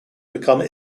become